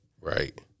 Right